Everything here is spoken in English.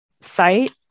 site